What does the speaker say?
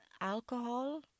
alcohol